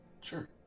Sure